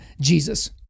Jesus